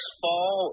fall